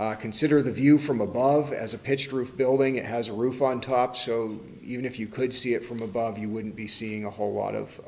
structure consider the view from above as a pitched roof building it has a roof on top so even if you could see it from above you wouldn't be seeing a whole lot of